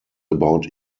about